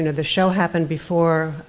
and the show happened before,